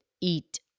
eat